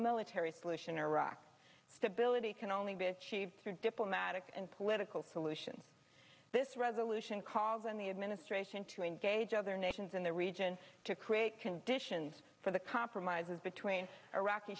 military solution in iraq stability can only did achieve through diplomatic and political solution this resolution called on the administration to engage other nations in the region to create conditions for the compromises between iraqi